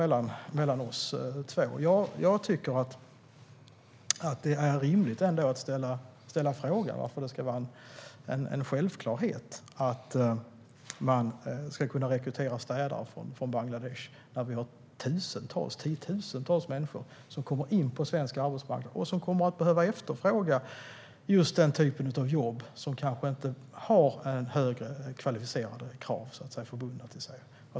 Jag tycker att det är rimligt att ställa frågan varför det ska vara en självklarhet att man ska kunna rekrytera städare från Bangladesh när vi har tiotusentals människor som ska komma in på svensk arbetsmarknad och som kommer att behöva efterfråga just den typen av jobb. Det är människor som inte kan ta jobb där det ställs krav på att man har höga kvalifikationer.